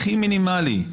הכי מינימלי.